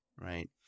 right